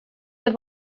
det